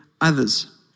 others